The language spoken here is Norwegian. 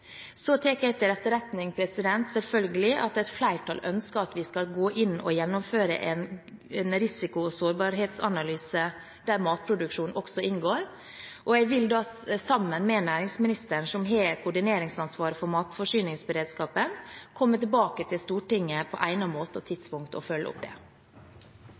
Så tar jeg selvfølgelig til etterretning at et flertall ønsker at vi skal gå inn og gjennomføre en risiko- og sårbarhetsanalyse der matproduksjon også inngår. Jeg vil sammen med næringsministeren, som har koordineringsansvaret for matforsyningsberedskapen, komme tilbake til Stortinget på egnet måte og tidspunkt og følge opp det.